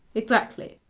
exactly.